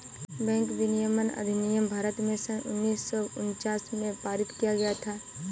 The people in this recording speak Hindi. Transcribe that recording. बैंक विनियमन अधिनियम भारत में सन उन्नीस सौ उनचास में पारित किया गया था